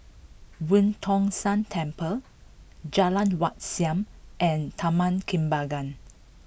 Boo Tong San Temple Jalan Wat Siam and Taman Kembangan